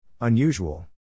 Unusual